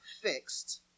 fixed